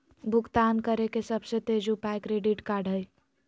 भुगतान करे के सबसे तेज उपाय क्रेडिट कार्ड हइ